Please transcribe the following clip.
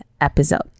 episode